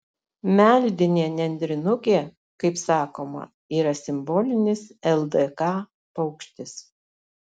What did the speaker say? meldinė nendrinukė kaip sakoma yra simbolinis ldk paukštis